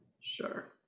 sure